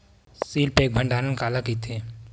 Seal pack भंडारण काला कइथे?